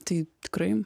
tai tikrai